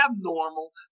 abnormal